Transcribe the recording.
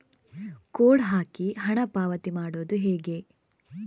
Code ಹಾಕಿ ಹಣ ಪಾವತಿ ಮಾಡೋದು ಹೇಗೆ?